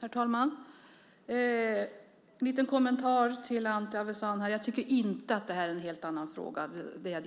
Herr talman! Jag har en liten kommentar till Anti Avsan. Jag tycker inte att det jag diskuterar är en helt annan fråga. Det jag